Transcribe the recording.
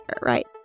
right